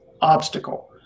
obstacle